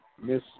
Miss